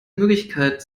möglichkeit